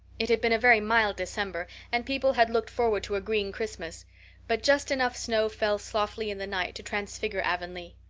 it had been a very mild december and people had looked forward to a green christmas but just enough snow fell softly in the night to transfigure avonlea.